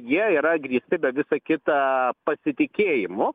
jie yra grįsti be visa kita pasitikėjimu